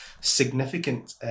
significant